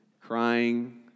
crying